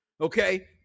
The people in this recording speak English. okay